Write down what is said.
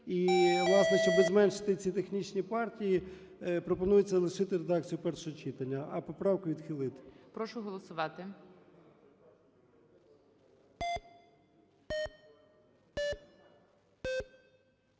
І, власне, щоби зменшити ці технічні партії, пропонується лишити в редакції першого читання, а поправки відхилити. ГОЛОВУЮЧИЙ. Прошу голосувати.